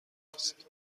است